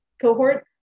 cohort